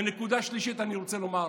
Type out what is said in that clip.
ונקודה שלישית אני רוצה לומר: